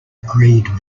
agreed